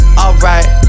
alright